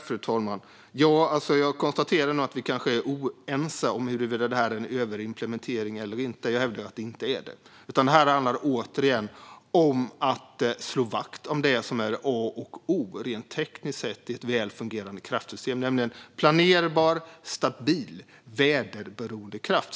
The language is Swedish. Fru talman! Jag konstaterar att vi kanske är oense om huruvida detta är en överimplementering eller inte. Jag hävdar att det inte är det. Återigen: Detta handlar om att slå vakt om det som är A och O rent tekniskt i ett väl fungerande kraftsystem, nämligen planerbar, stabil och väderoberoende kraft.